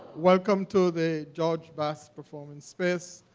welcome to the george bass performance space,